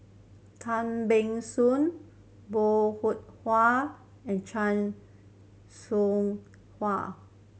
Tan Ban Soon Bong Hiong Hwa and Chan Soh Ha